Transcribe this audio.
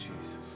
Jesus